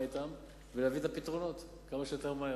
אתם ולהביא את הפתרונות כמה שיותר מהר.